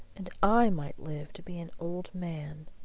and i might live to be an old man,